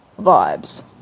vibes